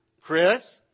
Chris